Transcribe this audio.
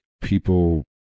people